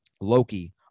Loki